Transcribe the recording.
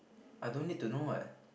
I don't need to know what